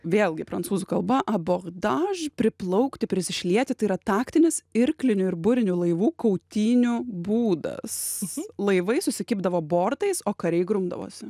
vėlgi prancūzų kalba abordaž priplaukti prisišlieti tai yra taktinis irklinių ir burinių laivų kautynių būdas laivai susikibdavo bortais o kariai grumdavosi